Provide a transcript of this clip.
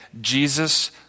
Jesus